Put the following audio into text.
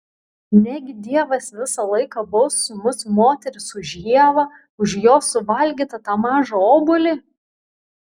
negi dievas visą laiką baus mus moteris už ievą už jos suvalgytą tą mažą obuolį